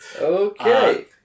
Okay